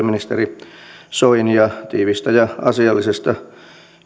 ministeri soinia tiiviistä ja asiallisesta